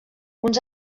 uns